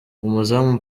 umuzamu